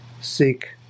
seek